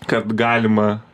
kad galima